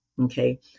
Okay